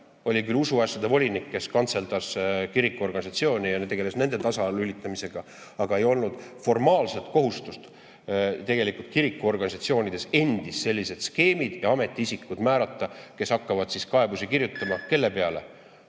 Oli küll usuasjade volinik, kes kantseldas kirikuorganisatsioone ja tegeles nende tasalülitamisega, aga ei olnud formaalset kohustust kirikuorganisatsioonidel endil selliseid skeeme teha ega ametiisikud määrata. Nemad hakkavad siis kaebusi kirjutama – kelle peale?